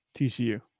TCU